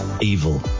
evil